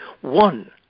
One